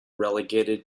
relegated